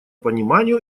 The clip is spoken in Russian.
пониманию